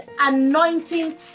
anointing